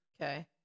Okay